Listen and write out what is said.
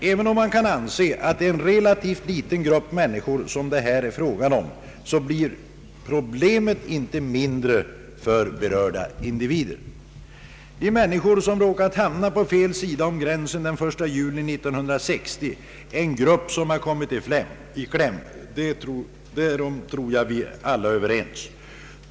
Även om man kan anse att det är en relativt liten grupp människor som det här är fråga om, blir problemet inte mindre för berörda individer. De människor som råkat hamna på fel sida om gränsen den 30 juni 1960 är en grupp som har kommit i kläm. Därom tror jag vi alla är överens.